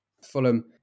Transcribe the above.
Fulham